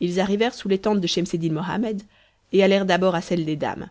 ils arrivèrent sous les tentes de schemseddin mohammed et allèrent d'abord à celle des dames